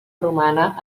romana